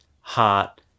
heart